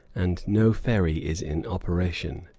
and no ferry is in operation.